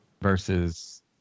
versus